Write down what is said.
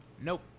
Nope